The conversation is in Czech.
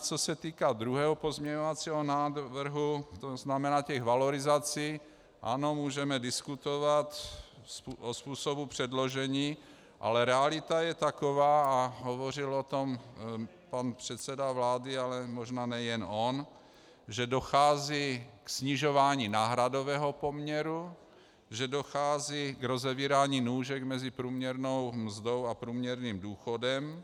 Co se týká mého druhého pozměňovacího návrhu, tzn. těch valorizací, ano, můžeme diskutovat o způsobu předložení, ale realita je taková, a hovořil o tom pan předseda vlády, ale možná nejen on, že dochází ke snižování náhradového poměru, že dochází k rozevírání nůžek mezi průměrnou mzdou a průměrným důchodem.